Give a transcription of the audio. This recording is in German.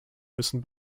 müssen